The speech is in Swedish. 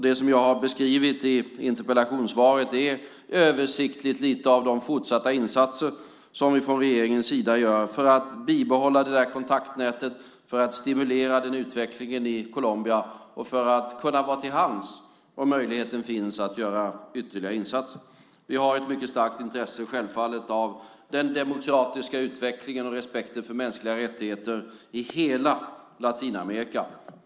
Det jag beskrivit i interpellationssvaret är att översiktligt något visa på de fortsatta insatser som vi från regeringens sida gör för att bibehålla kontaktnätet, stimulera utvecklingen i Colombia och vara till hands om möjligheten finns att göra ytterligare insatser. Vi har självfallet ett mycket starkt intresse av den demokratiska utvecklingen och respekten för mänskliga rättigheter i hela Latinamerika.